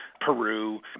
Peru